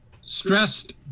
stressed